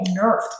nerfed